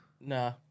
Nah